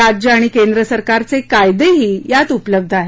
राज्य आणि केंद्र शासनाचे कायदेही यात उपलब्ध आहेत